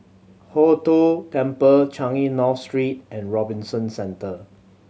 Hong Tho Temple Changi North Street and Robinson Centre